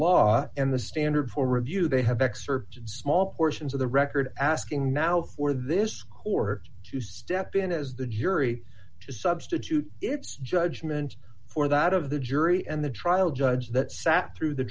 law and the standard for review they have excerpt small portions of the record asking now for this court to step in as the jury to substitute its judgment for that of the jury and the trial judge that sat through the